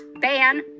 ban